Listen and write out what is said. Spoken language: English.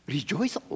Rejoice